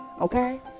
okay